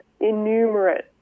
innumerate